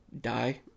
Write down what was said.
die